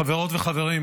חברות וחברים,